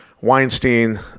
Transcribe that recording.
Weinstein